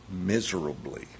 miserably